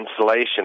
insulation